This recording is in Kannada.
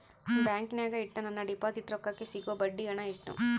ಬ್ಯಾಂಕಿನಾಗ ಇಟ್ಟ ನನ್ನ ಡಿಪಾಸಿಟ್ ರೊಕ್ಕಕ್ಕೆ ಸಿಗೋ ಬಡ್ಡಿ ಹಣ ಎಷ್ಟು?